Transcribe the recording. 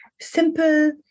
simple